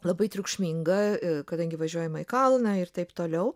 labai triukšminga kadangi važiuojama į kalną ir taip toliau